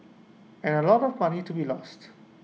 and A lot of money to be lost